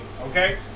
Okay